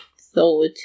thought